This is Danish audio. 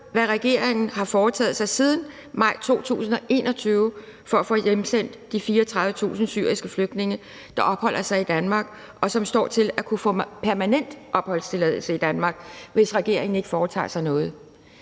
hvad regeringen har foretaget sig siden maj 2021 for at få hjemsendt de 34.000 syriske flygtninge, der opholder sig i Danmark, og som står til at kunne få permanent opholdstilladelse i Danmark, hvis regeringen ikke foretager sig noget.